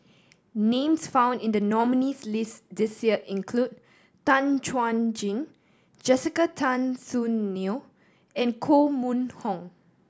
names found in the nominees' list this year include Tan Chuan Jin Jessica Tan Soon Neo and Koh Mun Hong